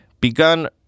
begun